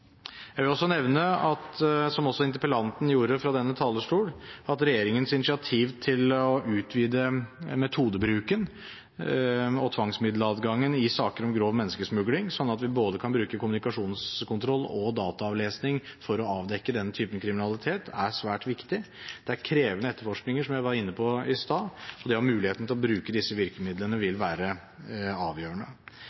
Jeg vil nevne – som også interpellanten gjorde fra denne talerstol – at regjeringens initiativ til å utvide metodebruken og tvangsmiddeladgangen i saker om grov menneskesmugling, slik at vi både kan bruke kommunikasjonskontroll og dataavlesning for å avdekke denne typen kriminalitet, er svært viktig. Det er krevende etterforskninger, som jeg var inne på i stad, og det å ha muligheten til å bruke disse virkemidlene vil